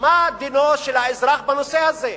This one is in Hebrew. מה דינו של האזרח בנושא הזה?